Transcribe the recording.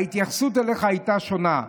ההתייחסות אליך הייתה שונה.